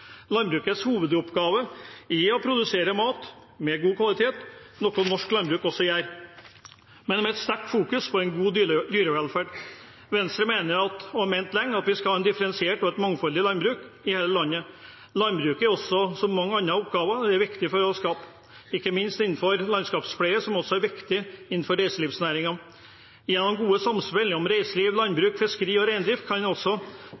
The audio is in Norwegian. Landbrukets hovedoppgave er å produsere mat av god kvalitet, noe norsk landbruk gjør, og med sterk fokusering på dyrevelferd. Venstre mener, og har ment lenge, at vi skal ha et differensiert og mangfoldig landbruk i hele landet. Landbruket er også, som mange andre oppgaver, viktig for å skape, ikke minst innenfor landskapspleie som igjen er viktig for reiselivsnæringen. Gjennom gode samspill mellom reiseliv, landbruk, fiskeri og reindrift kan en også